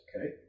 Okay